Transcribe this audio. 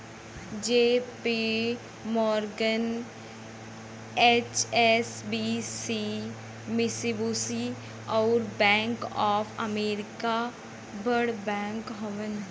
JP Morgan, HSBC, Mitsubishi, अउर bank of America बड़ bank हउवन